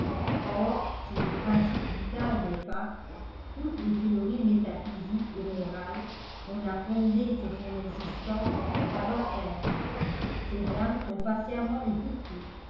or si le principe vital n'est pas toutes les théories métaphysiques et morales qu'on a fondées sur son existence sont à refaire ces dames t'ont patiemment écouté